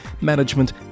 management